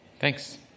Thanks